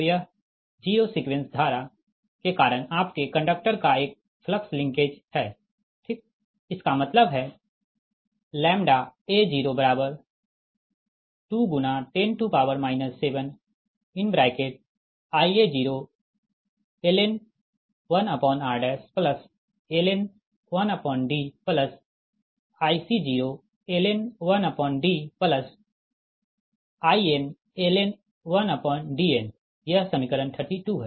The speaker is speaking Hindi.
तो यह जीरो सीक्वेंस धारा के कारण आपके कंडक्टर का एक फ्लक्स लिंकेज है ठीक इसका मतलब है a02×10 7Ia0 ln 1r ln 1D Ic0 ln 1D In ln 1Dn यह समीकरण 32 है